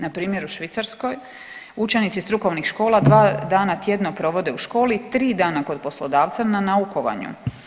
Na primjer u Švicarskoj učenici strukovnih škola dva dana tjedno provode u školi, tri dana kod poslodavca na naukovanju.